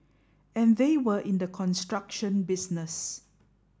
and they were in the construction business